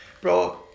bro